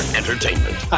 entertainment